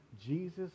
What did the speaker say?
Jesus